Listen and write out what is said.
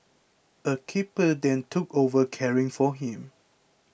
a keeper then took over caring for him